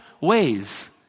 ways